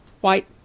white